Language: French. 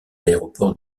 aéroports